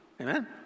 Amen